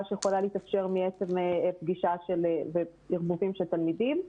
שיכולה להתאפשר מעצם פגישה וערבובים של תלמידים.